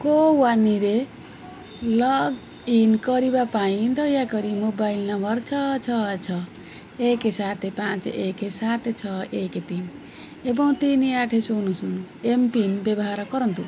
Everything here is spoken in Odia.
କୋୱିନ୍ରେ ଲଗ୍ଇନ୍ କରିବା ପାଇଁ ଦୟାକରି ମୋବାଇଲ୍ ନମ୍ବର୍ ଛଅ ଛଅ ଛଅ ଏକ ସାତ ପାଞ୍ଚ ଏକ ସାତ ଛଅ ଏକ ତିନି ଏବଂ ତିନି ଆଠ ଶୂନ ଶୂନ ଏମ୍ପିନ୍ ବ୍ୟବହାର କରନ୍ତୁ